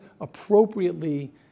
appropriately